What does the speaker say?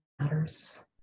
matters